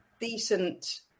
decent